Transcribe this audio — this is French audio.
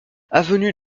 avenue